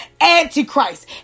Antichrist